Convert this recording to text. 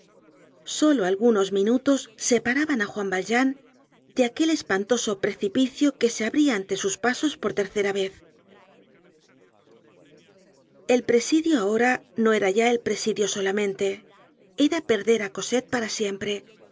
solo algunos minutos separaban á juan valjean de aquel espantoso precipicio que se abria ante sus pasos por tercera vez el presidio ahora no era ya el presidio solamente era perder á cosette para siempre